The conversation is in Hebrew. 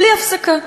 בלי הפסקה.